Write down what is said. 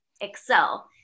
excel